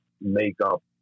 makeup